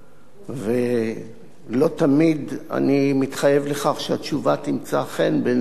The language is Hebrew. לא תמיד אני מתחייב לכך שהתשובה תמצא חן בעיני מי ששאל אותה.